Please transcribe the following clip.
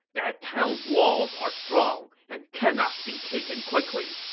that town's walls are strong and cannot be taken quickly.